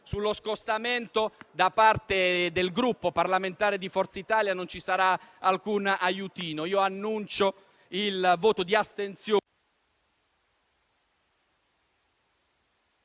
Sullo scostamento da parte del Gruppo parlamentare Forza Italia non ci sarà alcun aiutino. Annuncio pertanto il voto di astensione.